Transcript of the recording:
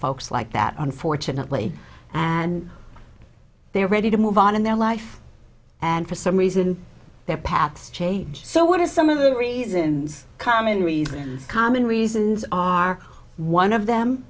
folks like that unfortunately and they are ready to move on in their life and for some reason their paths change so what are some of the reasons common reasons common reasons are one of them